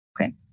Okay